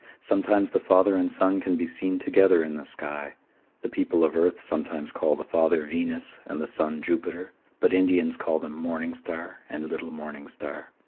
sometimes the father and son can be seen together in the sky the people of earth sometimes call the father venus, and the son jupiter, but indians call them morning star and little morning star.